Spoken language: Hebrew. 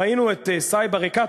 ראינו את סאיב עריקאת,